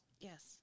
Yes